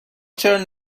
چرا